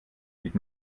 mit